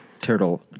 turtle